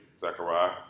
Zechariah